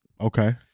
Okay